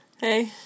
Hey